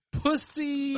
pussy